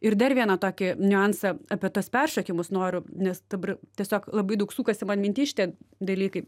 ir dar vieną tokį niuansą apie tuos peršokimus noriu nes dabar tiesiog labai daug sukasi man minty šitie dalykai